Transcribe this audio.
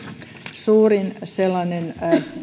suurin sellainen